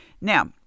Now